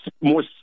more